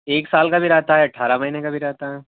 ایک سال کا بھی رہتا ہے اٹھارہ مہینے کا بھی رہتا ہے